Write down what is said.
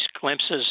glimpses